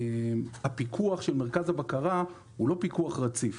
והפיקוח של מרכז הבקרה הוא לא פיקוח רציף.